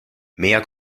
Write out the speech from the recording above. mehr